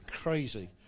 crazy